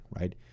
right